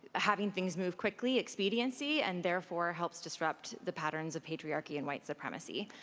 having things move quickly, expediency, and therefore, helps disrupt the patterns of pay koreaarchy and white supremacy,